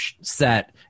set